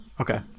Okay